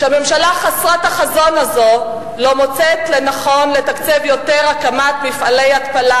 הממשלה חסרת החזון הזו לא מוצאת לנכון לתקצב יותר הקמת מפעלי התפלה,